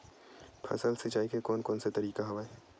फसल सिंचाई के कोन कोन से तरीका हवय?